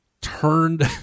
turned